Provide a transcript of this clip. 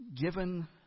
given